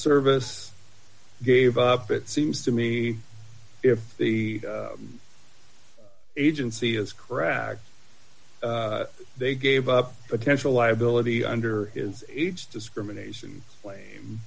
service gave up it seems to me if the agency is cracked they gave up potential liability under is age discrimination claim